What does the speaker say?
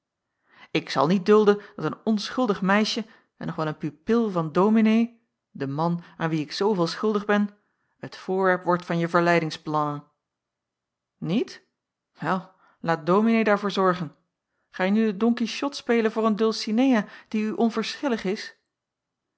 ik zal niet dulden dat een onschuldig meisje en nog wel een pupil van dominee den man aan wien ik zooveel schuldig ben het voorwerp wordt van je verleidingsplannen niet wel laat dominee daarvoor zorgen gaje nu den don quichot spelen voor een dulcinea die u onverschillig is